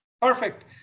Perfect